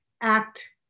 act